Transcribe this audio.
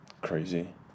Crazy